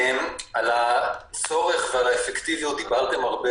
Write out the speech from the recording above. על הצורך ועל האפקטיביות דיברתם הרבה